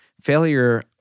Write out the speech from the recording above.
Failure